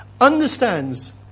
understands